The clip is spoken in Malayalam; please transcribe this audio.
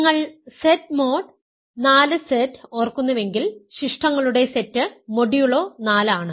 നിങ്ങൾ Z മോഡ് 4 Z ഓർക്കുന്നുവെങ്കിൽ ശിഷ്ടങ്ങളുടെ സെറ്റ് മൊഡ്യൂളോ 4 ആണ്